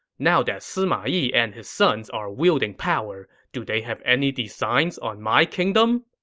now that sima yi and his sons are wielding power, do they have any designs on my kingdom?